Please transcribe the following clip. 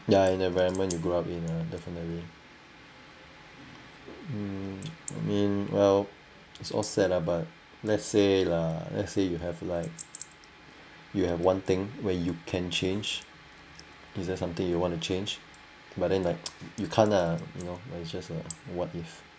ya and the environment you grew up in uh definitely um I mean while is all sad lah but let's say lah let's say you have like you have one thing where you can change is that something you want to change but then like you can't lah you know but it's just a what if